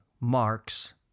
marks